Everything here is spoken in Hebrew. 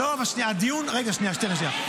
לא, שנייה, שטרן, שנייה.